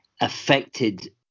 affected